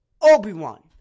Obi-Wan